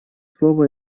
слово